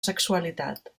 sexualitat